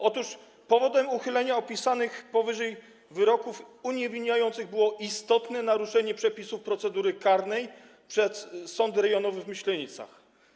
Otóż powodem uchylenia opisanych powyżej wyroków uniewinniających było istotne naruszenie przepisów procedury karnej przez Sąd Rejonowy w Myślenicach.